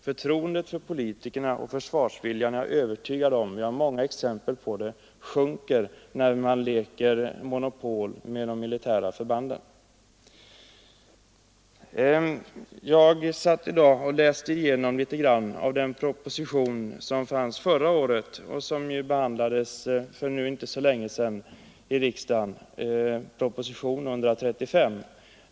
Jag är övertygad om att försvarsviljan och förtroendet för politikerna sjunker — jag har många exempel på det — när man spelar Monopol med de militära förbanden. Jag läste i dag igenom propositionen 1973:135, som behandlats i riksdagen för inte så länge sedan.